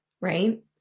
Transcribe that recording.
right